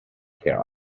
care